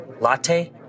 Latte